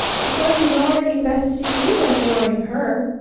it's what she's already invested in you that's worrying her!